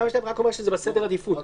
2(2) רק אומר שזה בסדר העדיפות.